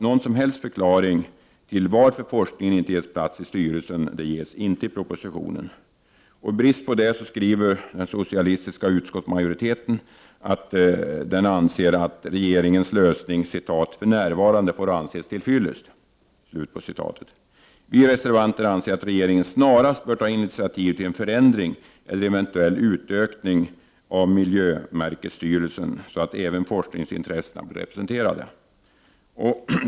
Någon som helst förklaring till varför forskningen inte ges plats i styrelsen Bidrag (till miljö nd ps : ä ala märkning av proges inte i propositionen. I brist på detta skriver den socialistiska utskottsmadukter joriteten att den anser att regeringens lösning ”för närvarande får anses tillfyllest”. Vi reservanter anser att regeringen snarast bör ta initiativ till en förändring eller eventuell utökning av miljömärkesstyrelsen, så att även forskningsintressena blir representerade.